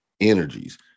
energies